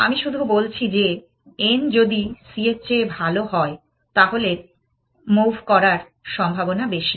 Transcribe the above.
আমি শুধু বলছি যে n যদি c এর চেয়ে ভালো হয় তাহলে মুভ করার সম্ভাবনা বেশি